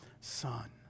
Son